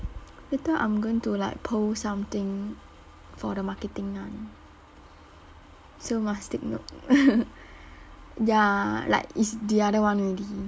later I'm going to like poll something for the marketing one so must take note ya like is the other one already